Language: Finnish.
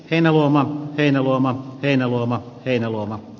heinäluoma heinäluoma heinäluoma heinäluoma